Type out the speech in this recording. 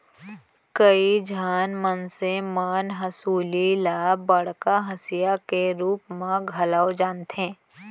कइ झन मनसे मन हंसुली ल बड़का हँसिया के रूप म घलौ जानथें